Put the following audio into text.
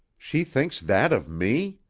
she thinks that of me?